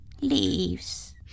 Leaves